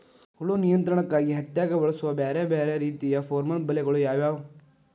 ಹುಳು ನಿಯಂತ್ರಣಕ್ಕಾಗಿ ಹತ್ತ್ಯಾಗ್ ಬಳಸುವ ಬ್ಯಾರೆ ಬ್ಯಾರೆ ರೇತಿಯ ಪೋರ್ಮನ್ ಬಲೆಗಳು ಯಾವ್ಯಾವ್?